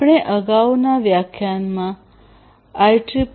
આપણે અગાઉના વ્યાખ્યાનમાં IEEE 802